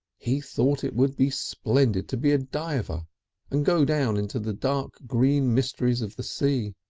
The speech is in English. he thought it would be splendid to be a diver and go down into the dark green mysteries of the sea.